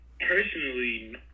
personally